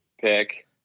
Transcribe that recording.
pick